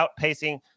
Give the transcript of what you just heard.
outpacing